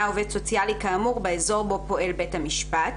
עובד סוציאלי כאמור באזור בו פועל בית המשפט,